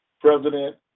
President